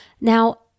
Now